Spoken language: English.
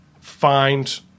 find